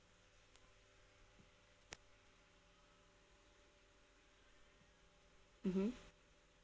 mmhmm